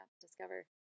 discover